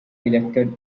elected